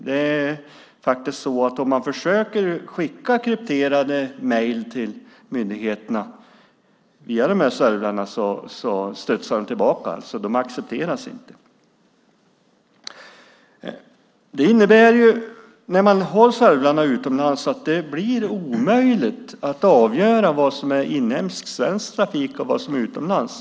Det är faktiskt så att om man försöker skicka krypterade mejl till myndigheterna via de här servrarna studsar mejlen tillbaka. De accepteras inte. Att ha servrarna utomlands innebär att det blir omöjligt att avgöra vad som är inhemsk, svensk trafik och vad som går utomlands.